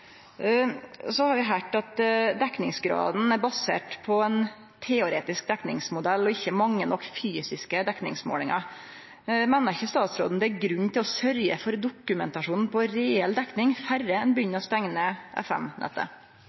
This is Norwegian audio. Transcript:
Så har eg høyrt at dekningsgraden er basert på ein teoretisk dekningsmodell og ikkje mange nok fysiske dekningsmålingar. Meiner ikkje statsråden det er grunn til å sørgje for dokumentasjon på reell dekning før ein begynner å